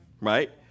right